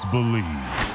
Believe